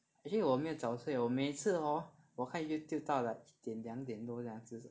actually 我没有早睡我每次 hor 我看 Youtube 到 like 一点两点多这样